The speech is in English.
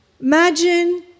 Imagine